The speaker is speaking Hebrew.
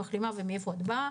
מחלימה או מאיפה את באה.